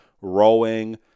rowing